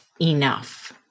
enough